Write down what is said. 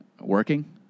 working